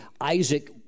Isaac